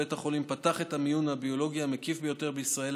בית החולים פתח את המיון הביולוגי המקיף ביותר בישראל,